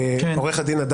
זאת